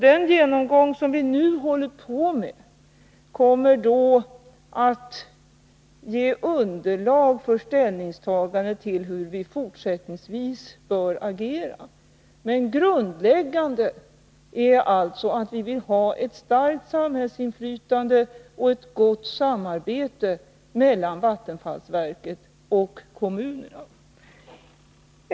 Denna genomgång, som vi nu håller på med, kommer att ge underlag för ett ställningstagande till hur vi fortsättningsvis bör agera. Men grundläggande är alltså att vi vill ha ett starkt samhällsinflytande och ett gott samarbete mellan vattenfallsverket och kommunerna.